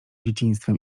dzieciństwem